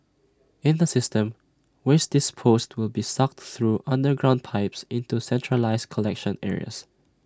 in the system waste disposed will be sucked through underground pipes into centralised collection areas